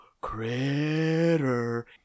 Critter